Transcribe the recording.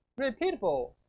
repeatable